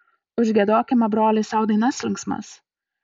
užgiedokime broliai sau dainas linksmas